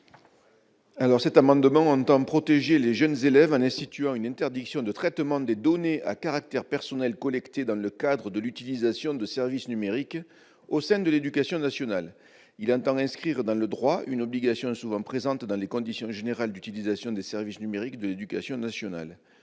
Marc. Cet amendement tend à protéger les jeunes élèves en instituant une interdiction de traitement des données à caractère personnel collectées dans le cadre de l'utilisation de services numériques au sein de l'éducation nationale. Il vise à inscrire dans le droit une obligation souvent présente dans les conditions générales d'utilisation des services numériques de l'éducation nationale.